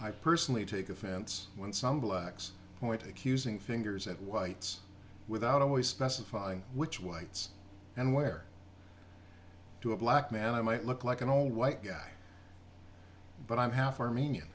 i personally take offense when some blacks point accusing fingers at whites without always specifying which whites and where to a black man i might look like an old white guy but i'm half armenian